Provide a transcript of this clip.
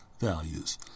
values